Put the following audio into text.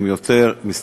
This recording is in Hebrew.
הם יותר מסתננים,